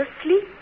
asleep